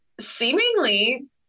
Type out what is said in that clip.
seemingly